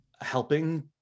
helping